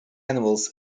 animals